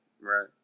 Right